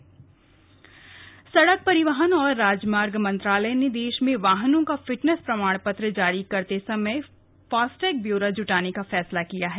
FASTag सड़क परिवहन और राजमार्ग मंत्रालय ने देश में वाहनों का फिटनेस प्रमाण पत्र जारी करते समय फास्टैग ब्यौरा जुटाने का फैसला किया है